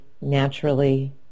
naturally